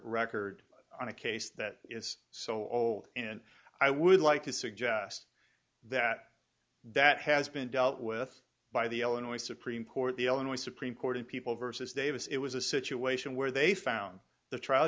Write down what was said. record on a case that is so old and i would like to suggest that that has been dealt with by the illinois supreme court the illinois supreme court in people versus davis it was a situation where they found the trial